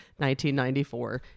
1994